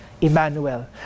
Emmanuel